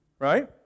Right